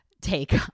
take